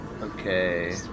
Okay